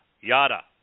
yada